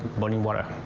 boiling water.